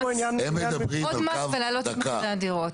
עוד מס ולהעלות את מחירי הדירות.